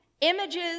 images